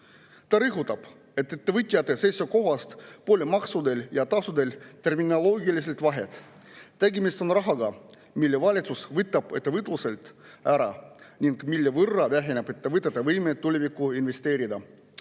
Ta rõhutab, et ettevõtjate seisukohast pole maksudel ja tasudel terminoloogiliselt vahet. Tegemist on rahaga, mille valitsus võtab ettevõtluselt ära ning mille võrra väheneb ettevõtete võime tulevikku investeerida.